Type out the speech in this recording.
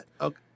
okay